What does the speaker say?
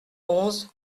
onze